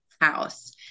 house